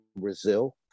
Brazil